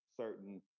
certain